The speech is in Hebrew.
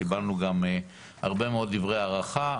קיבלנו גם הרבה מאוד דברי הערכה.